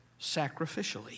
sacrificially